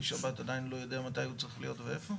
שבת עדיין לא יודע מתי הוא צריך להיות ואיפה?